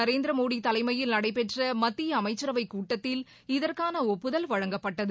நரேந்திரமோடி தலைமையில் நடைபெற்ற மத்திய அமைச்சரவைக் கூட்டத்தில் இதற்கான ஒப்புதல் வழங்கப்பட்டது